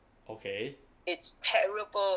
okay